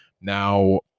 Now